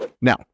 Now